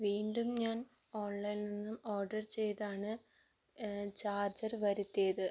വീണ്ടും ഞാൻ ഓൺലൈനിൽനിന്നും ഓർഡർ ചെയ്താണ് ചാർജർ വരുത്തിയത്